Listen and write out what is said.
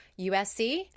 USC